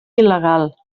il·legal